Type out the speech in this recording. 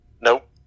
Nope